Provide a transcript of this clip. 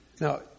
Now